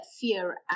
fear